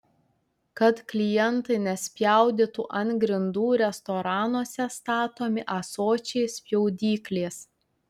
kad klientai nespjaudytų ant grindų restoranuose statomi ąsočiai spjaudyklės